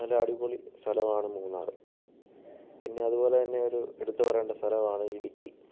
നല്ല അടിപൊളി സ്ഥലമാണ് മൂന്നാറ് പിന്നെ അതുപോലെ തന്നെ ഒരു എടുത്തു പറയേണ്ട സ്ഥലമാണ് ഇടുക്കി